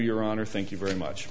your honor thank you very much